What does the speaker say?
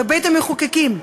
בבית-המחוקקים,